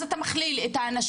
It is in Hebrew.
אז אתה מכליל את האנשים.